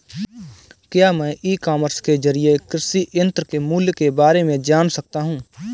क्या मैं e commerce के ज़रिए कृषि यंत्र के मूल्य में बारे में जान सकता हूँ?